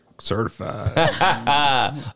certified